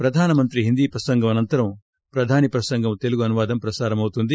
ప్రధానమంత్రి హిందీ ప్రసంగం అనంతరం ప్రధాని ప్రసంగం తెలుగు అనువాదం ప్రసారమౌతుంది